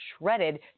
shredded